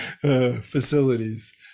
facilities